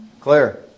Claire